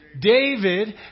David